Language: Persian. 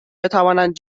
بتوانند